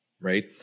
right